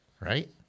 right